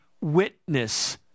witness